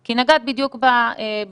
כי נגעת בדיוק בנקודה.